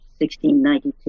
1692